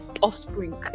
offspring